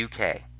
UK